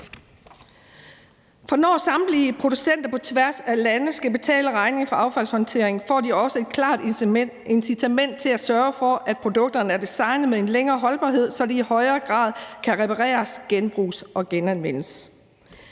For når samtlige producenter på tværs af lande skal betale regningen for affaldshåndteringen, får de også et klart incitament til at sørge for, at produkterne er designet til at have en længere holdbarhed, så de i højere grad kan repareres, genbruges og genanvendes.